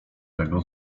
tego